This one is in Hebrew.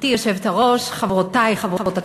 גברתי היושבת-ראש, חברותי חברות הכנסת,